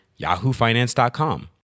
yahoofinance.com